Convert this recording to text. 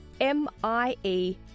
M-I-E